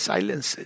Silence